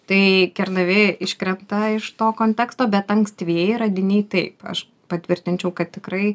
tai kernavė iškrenta iš to konteksto bet ankstyvieji radiniai taip aš patvirtinčiau kad tikrai